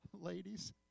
ladies